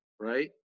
Right